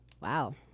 Wow